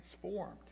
transformed